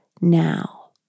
now